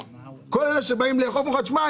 כל אלה שבאים לאכוף אומרים לך: תשמע,